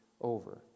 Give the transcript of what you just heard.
over